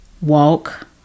walk